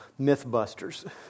Mythbusters